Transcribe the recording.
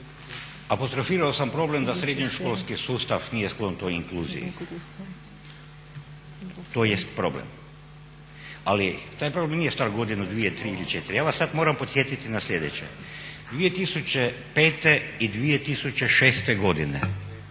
apostrofirao sam problem da srednjoškolski sustav nije sklon toj inkluziji, to jest problem, ali taj problem nije star godinu, dvije, tri ili četiri. Ja vas sad moramo podsjetit na slijedeće: 2005.i 2006. godine,